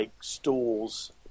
stools